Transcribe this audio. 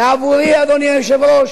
ועבורי, אדוני היושב-ראש,